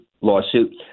lawsuit